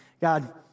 God